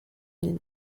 ligne